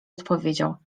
odpowiedział